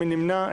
מי נמנע?